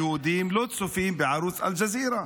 היהודים לא צופים בערוץ אל-ג'זירה.